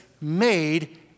made